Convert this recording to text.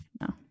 No